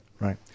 right